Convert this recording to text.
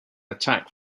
attack